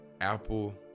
apple